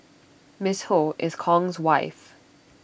miss ho is Kong's wife